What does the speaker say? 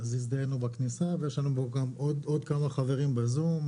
הזדהינו בכניסה, ויש לנו עוד כמה חברים בזום.